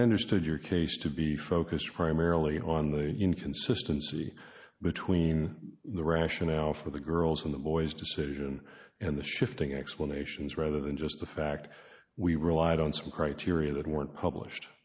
i understood your case to be focused primarily on the you consistency between the rationale for the girls and the boys decision and the shifting explanations rather than just the fact we relied on some criteria that weren't published